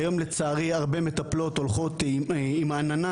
היום לצערי הרבה מטפלות הולכות עם העננה